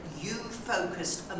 you-focused